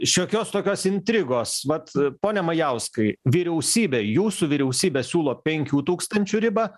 šiokios tokios intrigos vat pone majauskai vyriausybė jūsų vyriausybė siūlo penkių tūkstančių ribą